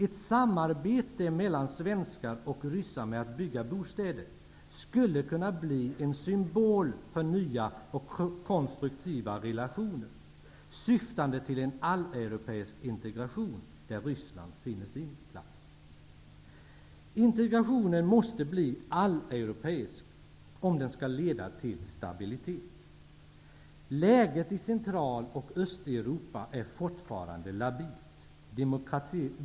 Ett samarbete mellan svenskar och ryssar med att bygga bostäder skulle kunna bli en symbol för nya och konstruktiva relationer syftande till en alleuropeisk integration, där Ryssland finner sin plats. Integrationen måste bli alleuropeisk, om den skall leda till stabilitet. Läget i Central och Östeuropa är fortfarande labilt.